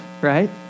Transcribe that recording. right